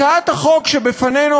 הצעת החוק שלפנינו,